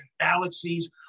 galaxies